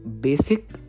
basic